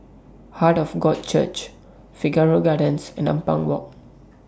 Heart of God Church Figaro Gardens and Ampang Walk